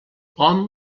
hom